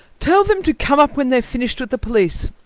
tell them to come up when they've finished with the police.